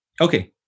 Okay